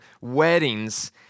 weddings